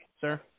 sir